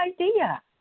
idea